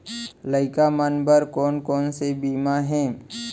लइका मन बर कोन कोन से बीमा हे?